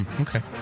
Okay